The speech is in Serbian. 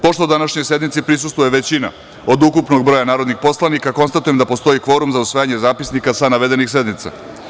Pošto današnjoj sednici prisustvuje većina od ukupnog broja narodnih poslanika, konstatujem da postoji kvorum za usvajanje zapisnika sa navedenih sednica.